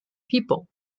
people